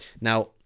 now